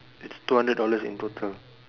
it's two hundred dollars in total